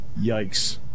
Yikes